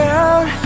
out